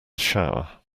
shower